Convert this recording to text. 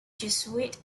jesuit